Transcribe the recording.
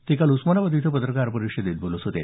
ते काल उस्मानाबाद इथं पत्रकार परिषदेत बोलत होते